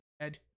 dead